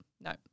No